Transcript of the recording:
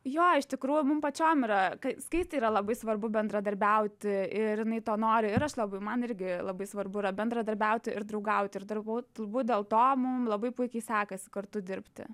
jo iš tikrųjų mum pačiom yra kai skaistei yra labai svarbu bendradarbiauti ir jinai to nori ir aš labai man irgi labai svarbu yra bendradarbiauti ir draugauti ir turbūt turbūt dėl to mum labai puikiai sekasi kartu dirbti